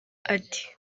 ati